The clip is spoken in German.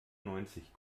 neunzig